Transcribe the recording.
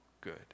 good